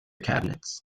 cabinets